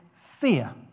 fear